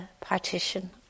partition